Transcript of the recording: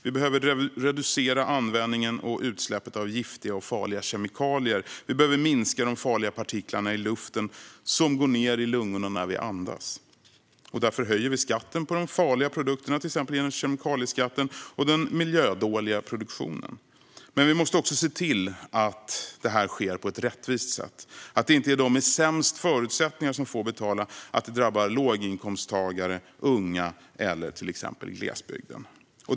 Vi behöver reducera användningen och utsläppen av gifter och farliga kemikalier, och vi behöver minska mängden farliga partiklar i luften som går ned i lungorna när vi andas. Därför höjer vi skatten på de farliga produkterna, till exempel genom kemikalieskatten, och på den miljödåliga produktionen. Vi måste se till att det här sker på ett rättvist sätt så att det inte är de med sämst förutsättningar som får betala och det drabbar låginkomsttagare, unga eller till exempel glesbygden.